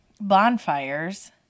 bonfires